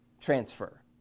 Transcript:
transfer